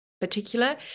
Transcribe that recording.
particular